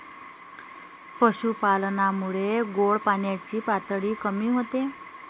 पशुपालनामुळे गोड पाण्याची पातळी कमी होते